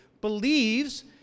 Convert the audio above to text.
believes